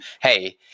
hey